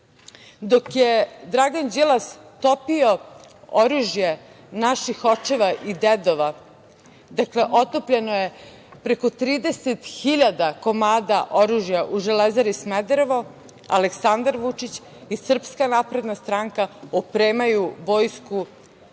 dok je Dragan Đilas topio oružje naših očeva i dedova. Dakle, otopljeno je preko 30.000 komada oružja u Železari Smederevo, Aleksandar Vučić i SNS opremaju vojsku